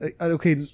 Okay